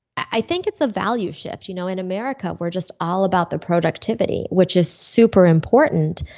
i think it's a value shift. you know in america, we're just all about the productivity, which is super important,